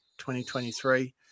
2023